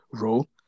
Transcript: role